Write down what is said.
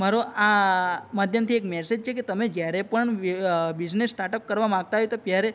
મારો આ માધ્યમથી એક મેસેજ છે કે તમે જ્યારે પણ બિઝનેસ સ્ટાર્ટઅપ કરવા માગતા હોય તો ત્યારે